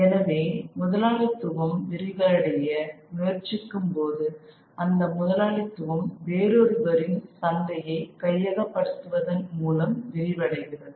எனவே முதலாளித்துவம் விரிவடைய முயற்சிக்கும்போது அந்த முதலாளித்துவம் வேறொருவரின் சந்தையை கையகபடுத்துவதன் மூலம் விரிவடைகிறது